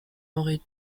aurait